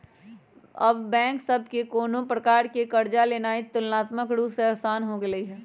अब बैंक सभ से कोनो प्रकार कें कर्जा लेनाइ तुलनात्मक रूप से असान हो गेलइ